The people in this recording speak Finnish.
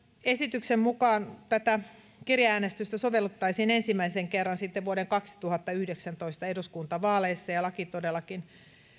esityksen mukaan tätä kirjeäänestystä sovellettaisiin ensimmäisen kerran sitten vuoden kaksituhattayhdeksäntoista eduskuntavaaleissa ja laki todellakin